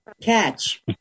catch